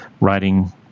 writing